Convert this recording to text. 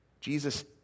Jesus